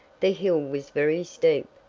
the hill was very steep,